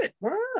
Wow